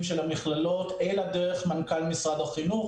של המכללות אלא דרך מנכ"ל משרד החינוך,